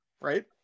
Right